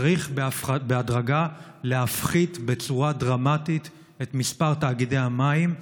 צריך בהדרגה להפחית בצורה דרמטית את מספר תאגידי המים.